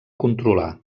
controlar